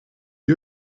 you